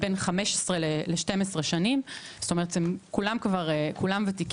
בין 5-12 שנים, זאת אומרת הם כולם וותיקים,